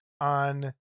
on